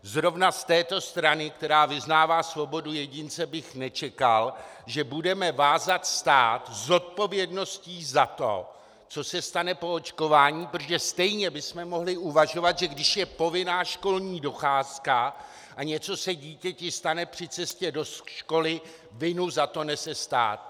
Zrovna z této strany, která vyznává svobodu jedince, bych nečekal, že budeme vázat stát zodpovědností za to, co se stane po očkování, protože stejně bychom mohli uvažovat, že když je povinná školní docházka a něco se dítěti stane při cestě do školy, vinu za to nese stát.